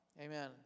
Amen